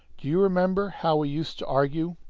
do you remember how we used to argue?